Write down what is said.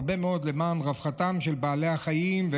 הרבה מאוד למען רווחתם של בעלי החיים.